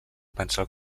pensar